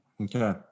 Okay